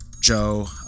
joe